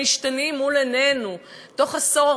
שמשתנים מול עינינו: בתוך עשור,